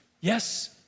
Yes